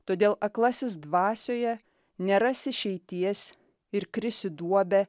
todėl aklasis dvasioje neras išeities ir kris į duobę